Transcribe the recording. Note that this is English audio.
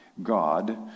God